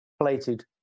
Plated